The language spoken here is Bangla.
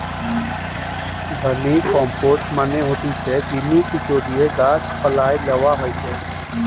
ভার্মিকম্পোস্ট মানে হতিছে কৃমি, কেঁচোদিয়ে গাছ পালায় লেওয়া হয়টে